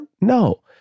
No